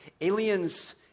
aliens